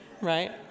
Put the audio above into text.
right